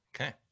Okay